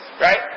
right